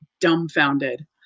dumbfounded